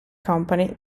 company